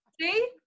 See